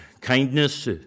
kindness